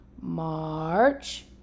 march